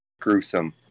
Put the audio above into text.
gruesome